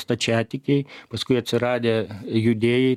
stačiatikiai paskui atsiradę judėjai